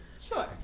sure